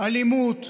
אלימות.